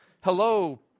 hello